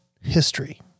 history